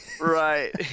Right